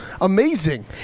Amazing